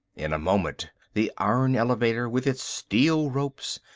in a moment the iron elevator, with its steel ropes,